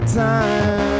time